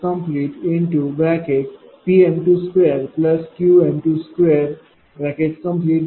हे समीकरण 82 आहे